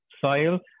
soil